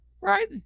Right